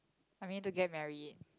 I need to get married